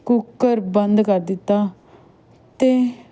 cooker ਬੰਦ ਕਰ ਦਿੱਤਾ ਅਤੇ